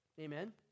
Amen